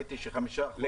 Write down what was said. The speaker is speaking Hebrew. זאת אומרת שאין קומופלאז',